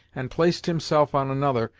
and placed himself on another,